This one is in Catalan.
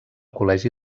col·legi